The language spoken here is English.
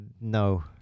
No